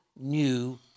new